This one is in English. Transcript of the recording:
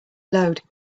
load